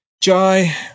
Jai